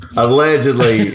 allegedly